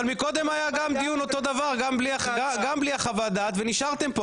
אבל קודם דיון שגם בו לא הייתה חוות דעת משפטית ונשארתם.